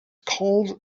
called